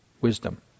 wisdom